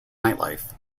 nightlife